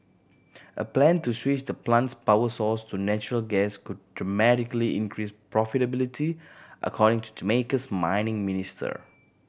a plan to switch the plant's power source to natural gas could dramatically increase profitability according to Jamaica's mining minister